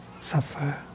suffer